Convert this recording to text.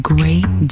Great